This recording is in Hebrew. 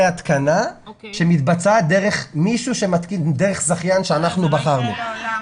התקנה שמתבצעת דרך זכיין שאנחנו בחרנו.